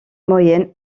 moyenne